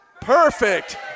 perfect